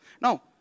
No